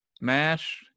MASH